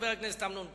חבר הכנסת אמנון כהן,